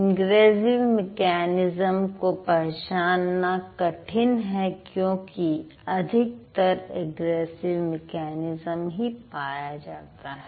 ingressive mechanism को पहचानना कठिन है क्योंकि अधिकतर अग्रेसिव मेकैनिज्म ही पाया जाता है